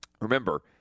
Remember